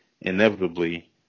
inevitably